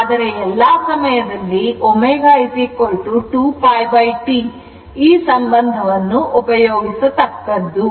ಆದರೆ ಎಲ್ಲಾ ಸಮಯದಲ್ಲಿ ω 2πT ಸಂಬಂಧವನ್ನು ಉಪಯೋಗಿಸತಕ್ಕದ್ದು